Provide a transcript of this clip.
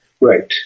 Right